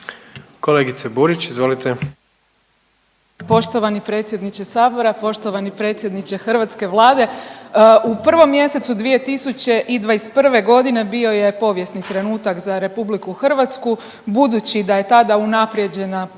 izvolite. **Burić, Majda (HDZ)** Poštovani predsjedniče Sabora, poštovani predsjedniče hrvatske Vlade. U prvom mjesecu 2021. godine bio je povijesni trenutak za Republiku Hrvatsku. Budući da je tada unaprijeđena pozicija